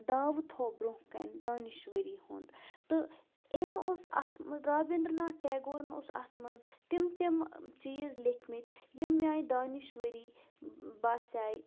داوٕ تھوٚو برونٛہہ کَنہِ دانِشؤری ہُنٛد تہٕ أمۍ اوس اَتھ رابِندرٕناتھ ٹیگورَن اوس اَتھ منٛز تِم تِم چیٖز لیٖکھمٕتۍ یِم میٛانہِ دانِشؤری باسیٛاے